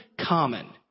common